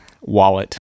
wallet